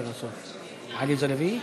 ההצעה להעביר את הצעת חוק הביטוח הלאומי (תיקון,